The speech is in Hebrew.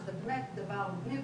שזה באמת דבר הגיוני,